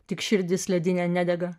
tik širdis ledinė nedega